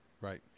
Right